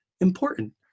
important